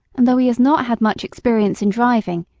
and though he has not had much experience in driving,